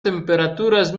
temperaturas